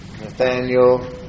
Nathaniel